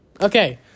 Okay